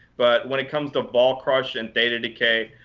but when it comes to vol crush and data decay,